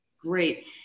Great